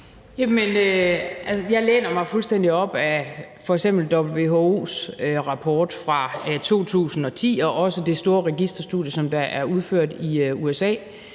jeg læner mig fuldstændig op ad f.eks. WHO's rapport fra 2010 og også det store registerstudie, som der er udført i USA,